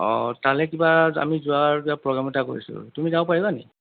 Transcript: অঁ তালৈ কিবা আমি যোৱাৰ কিবা প্ৰগ্ৰেম এটা কৰিছিলোঁ তুমি যাব পাৰিবা নি